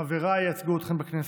חבריי ייצגו אתכם בכנסת,